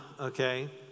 okay